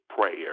prayer